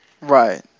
Right